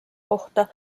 kohta